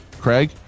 Craig